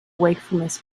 wakefulness